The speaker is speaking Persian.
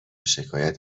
شکایت